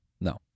no